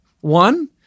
One